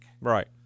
Right